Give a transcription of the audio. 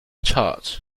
charge